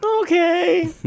Okay